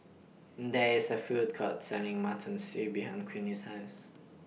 There IS A Food Court Selling Mutton Stew behind Queenie's House